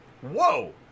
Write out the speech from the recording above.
Whoa